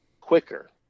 quicker